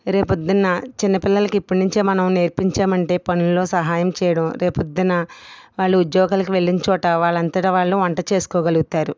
రేపు పొద్దున్న చిన్నపిల్లలకి ఇప్పటి నుంచిమనం నేర్పించాం అంటే పనులలో సహాయం చేయడం రేపు పొద్దున్న వాళ్ళు ఉద్యోగానికి వెళ్ళిన చోట వాళ్ళంతట వాళ్ళు వంట చేసుకోగలుగుతారు